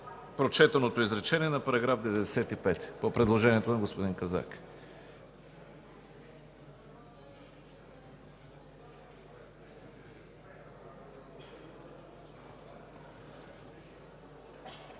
прочетеното изречение на § 95 по предложение на господин Казак.